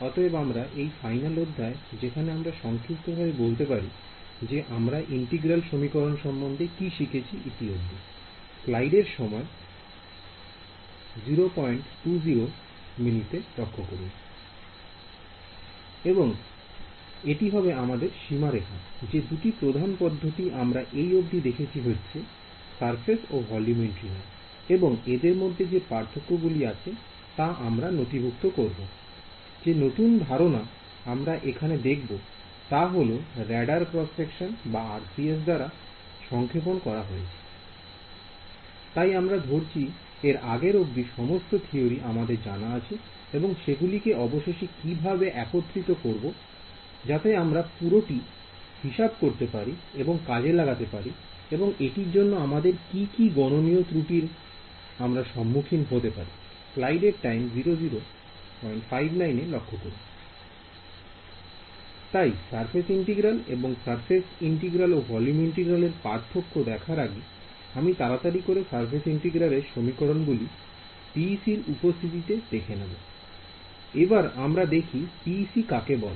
অতএব আমরা এই ফাইনাল অধ্যায় যেখানে আমরা সংক্ষিপ্তভাবে বলতে পারি যে আমরা ইন্টিগ্রাল সমীকরণ সম্বন্ধে কি শিখেছি I এবং এটি হবে আমাদের সীমারেখা I যে দুটি প্রধান পদ্ধতি আমরা এই অব্দি দেখেছি হচ্ছে সারফেস ও ভলিউম ইন্টিগ্রাল I এবং এদের মধ্যে যে পার্থক্য গুলি আছে তা আমরা নথিভূক্ত করব I যে নতুন ধারণা আমরা এখানে দেখব তা হল রাডার ক্রস সেকশন যা RCS দাঁড়া সংক্ষেপণ করা হয়েছে I তাই আমরা ধরছি এর আগের অব্দি সমস্ত থিওরি আমাদের জানা আছে এবং সেগুলিকে অবশেষে কিভাবে একত্রিত করব যাতে আমরা পুরো টি হিসাব করতে পারি এবং কাজে লাগাতে পারি এবং এটির জন্য আমাদের কি কি গণনীয় ত্রুটি র আমরা সম্মুখীন হতে পারি I তাই সারফেস ইন্টিগ্রাল এবং সারফেস ইন্টিগ্রাল ও ভলিউম ইন্টিগ্রাল এর পার্থক্য দেখার আগে আমি তাড়াতাড়ি করে সারফেস ইন্টিগ্রাল এর সমীকরণ গুলি PEC র উপস্থিতিতে দেখে নেব I এবার আমরা দেখি PEC কাকে বলে